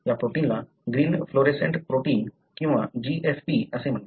या प्रोटीनला green fluorescent protein किंवा GFP असे म्हणतात